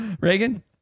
Reagan